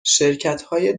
شرکتهای